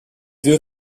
deux